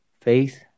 Faith